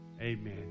Amen